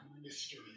mystery